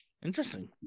Interesting